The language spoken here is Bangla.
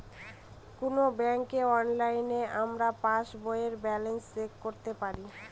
কোনো ব্যাঙ্কে অনলাইনে আমরা পাস বইয়ের ব্যালান্স চেক করতে পারি